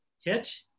hit